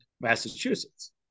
Massachusetts